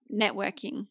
networking